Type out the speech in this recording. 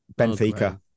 Benfica